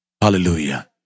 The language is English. hallelujah